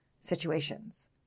situations